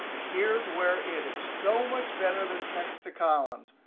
and here's where it is so much better than text to columns.